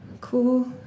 Cool